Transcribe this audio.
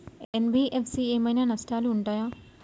NBFC ఏమైనా నష్టాలు ఉంటయా?